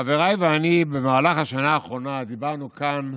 חבריי ואני במהלך השנה האחרונה דיברנו כאן,